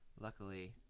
luckily –